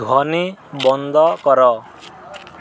ଧ୍ୱନି ବନ୍ଦ କର